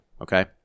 Okay